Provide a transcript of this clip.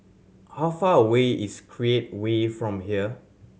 how far away is Create Way from here